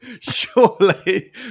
Surely